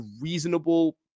reasonable